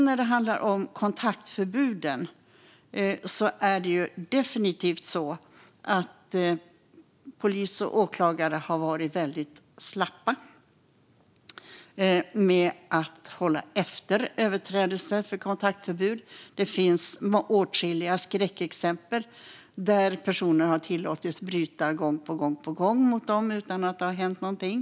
När det handlar om kontaktförbuden ser vi också att det definitivt är så att polis och åklagare har varit väldigt slappa med att hålla efter överträdelser av kontaktförbud. Det finns åtskilliga skräckexempel där personer gång på gång har tillåtits bryta mot kontaktförbud utan att det har hänt någonting.